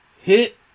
Hit